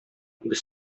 без